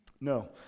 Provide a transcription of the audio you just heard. No